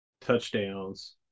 touchdowns